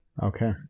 okay